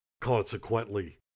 Consequently